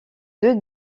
deux